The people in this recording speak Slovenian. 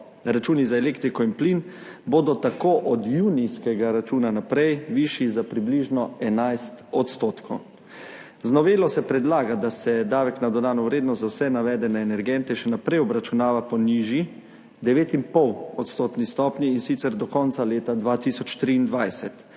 računi za elektriko in plin bodo tako od junijskega računa naprej višji za približno 11 %. Z novelo se predlaga, da se davek na dodano vrednost za vse navedene energente še naprej obračunava po nižji, 9,5 odstotni stopnji, in sicer do konca leta 2023.